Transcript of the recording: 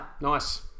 Nice